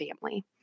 family